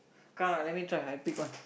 come let me try I pick one